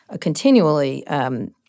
continually